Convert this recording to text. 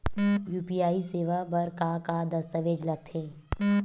UPI सेवा बर का का दस्तावेज लगथे?